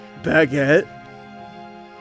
Baguette